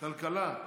כלכלה.